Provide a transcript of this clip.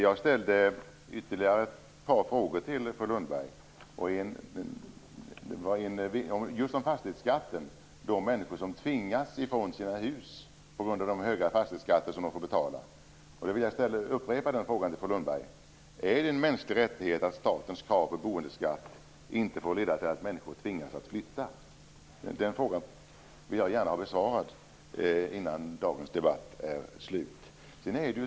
Jag ställde ytterligare ett par frågor till fru Lundberg, bl.a. om fastighetsskatten och de människor som tvingas gå från sina hus på grund av de höga fastighetsskatter som de får betala. Jag vill upprepa den frågan till fru Lundberg. Är det en mänsklig rättighet att statens krav på boendeskatt inte får leda till att människor tvingas flytta? Jag vill gärna ha den frågan besvarad innan dagens debatt är slut.